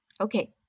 Okay